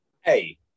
Hey